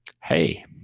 Hey